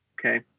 Okay